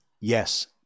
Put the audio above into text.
...yes